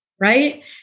right